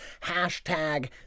hashtag